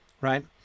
right